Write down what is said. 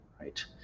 right